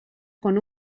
con